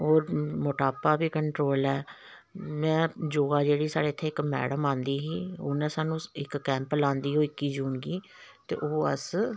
होर मोटापा बी कन्ट्रोल ऐ में योगा जेह्ड़ी साढ़े इ'त्थें इक मैडम आंदी ही उ'न्ने सानूं इक कैंप लांदी ही इक्की जून गी ते ओह् अस